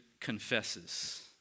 confesses